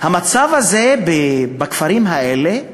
המצב הזה בכפרים האלה,